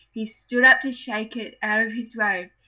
he stood up to shake it out of his robe,